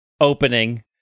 opening